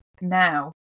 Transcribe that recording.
now